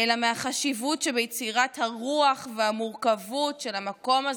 אלא מהחשיבות שביצירת הרוח והמורכבות של המקום הזה,